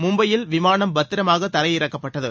மும்பையில் விமானம் பத்திரமாக தரை இறக்கப்பட்டது